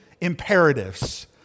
imperatives